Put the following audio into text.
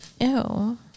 Ew